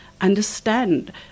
understand